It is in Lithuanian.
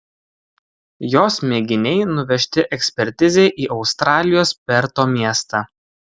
jos mėginiai nuvežti ekspertizei į australijos perto miestą